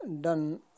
done